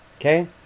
Okay